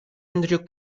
andrew